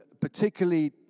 particularly